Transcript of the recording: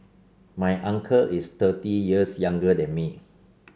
my uncle is thirty years younger than me